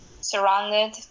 surrounded